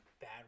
bad